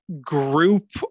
group